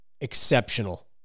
exceptional